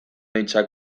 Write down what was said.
hitza